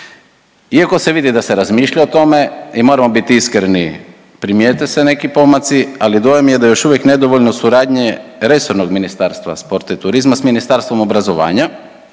Iako se vidi da se razmišlja o tome i moramo biti iskreni primijete se neki pomaci, ali dojam je da još uvijek nedovoljno suradnje resornog Ministarstva sporta i turizma s Ministarstvom obrazovanja.